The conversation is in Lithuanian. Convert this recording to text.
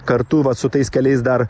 kartu su tais keliais dar